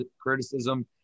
criticism